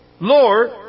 Lord